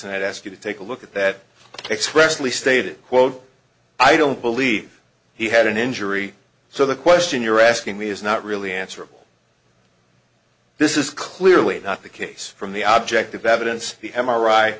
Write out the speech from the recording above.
and i'd ask you to take a look at that expressly stated quote i don't believe he had an injury so the question you're asking me is not really answerable this is clearly not the case from the object of evidence